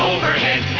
Overhead